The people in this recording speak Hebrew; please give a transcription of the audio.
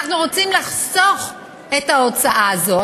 אנחנו רוצים לחסוך את ההוצאה הזו,